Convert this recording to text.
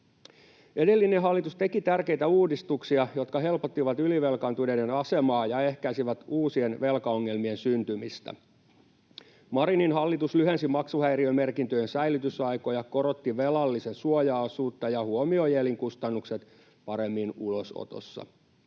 Edellinen hallitus teki tärkeitä uudistuksia, jotka helpottivat ylivelkaantuneiden asemaa ja ehkäisivät uusien velkaongelmien syntymistä. Marinin hallitus lyhensi maksuhäiriömerkintöjen säilytysaikoja, korotti velallisen suojaosuutta ja huomioi elinkustannukset paremmin ulosotossa.